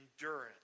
endurance